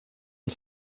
und